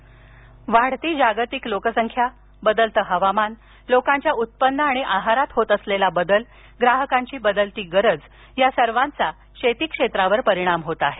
कृषी परभणी वाढती जागतिक लोकसंख्या बदलतं हवामान लोकांच्या उत्पन्न आणि आहारात होत असलेला बदल ग्राहकांची बदलती गरज या सर्वांचा शेती क्षेत्रावर परिणाम होत आहे